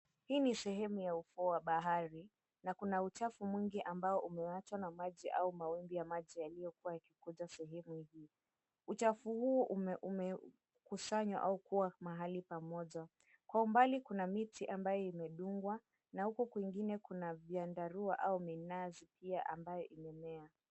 Hii ni sehemu ya ufuo wa bahari, na kuna uchafu mwingi ambao umewachwa na maji au mawimbi ya maji yaliyokuwa yakikuja sehemu hii. Uchafu huu umekusanywa au kuwa mahali pamoja. Kwa umbali kuna miti ambayo imedungwa, na huko kwingine kuna vyandarua au minazi pia ambayo imemea.